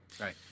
right